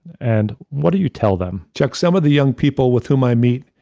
and what do you tell them? chuck, some of the young people with whom i meet,